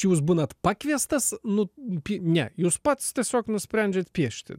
jūs būnat pakviestas nu pi ne jūs pats tiesiog nusprendžiat piešti